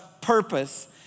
purpose